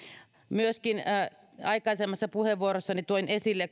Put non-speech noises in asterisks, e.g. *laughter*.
myöskin aikaisemmassa puheenvuorossani toin esille *unintelligible*